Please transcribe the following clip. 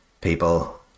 people